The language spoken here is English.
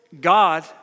God